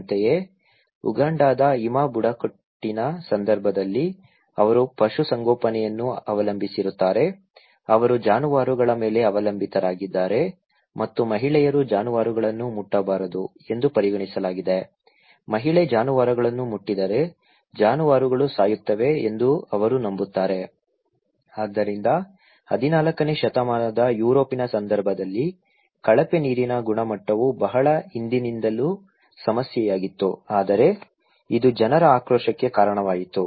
ಅಂತೆಯೇ ಉಗಾಂಡಾದ ಹಿಮಾ ಬುಡಕಟ್ಟಿನ ಸಂದರ್ಭದಲ್ಲಿ ಅವರು ಪಶುಸಂಗೋಪನೆಯನ್ನು ಅವಲಂಬಿಸಿರುತ್ತಾರೆ ಅವರು ಜಾನುವಾರುಗಳ ಮೇಲೆ ಅವಲಂಬಿತರಾಗಿದ್ದಾರೆ ಮತ್ತು ಮಹಿಳೆಯರು ಜಾನುವಾರುಗಳನ್ನು ಮುಟ್ಟಬಾರದು ಎಂದು ಪರಿಗಣಿಸಲಾಗಿದೆ ಮಹಿಳೆ ಜಾನುವಾರುಗಳನ್ನು ಮುಟ್ಟಿದರೆ ಜಾನುವಾರುಗಳು ಸಾಯುತ್ತವೆ ಎಂದು ಅವರು ನಂಬುತ್ತಾರೆ ಆದ್ದರಿಂದ 14 ನೇ ಶತಮಾನದ ಯುರೋಪಿನ ಸಂದರ್ಭದಲ್ಲಿ ಕಳಪೆ ನೀರಿನ ಗುಣಮಟ್ಟವು ಬಹಳ ಹಿಂದಿನಿಂದಲೂ ಸಮಸ್ಯೆಯಾಗಿತ್ತು ಆದರೆ ಇದು ಜನರ ಆಕ್ರೋಶಕ್ಕೆ ಕಾರಣವಾಯಿತು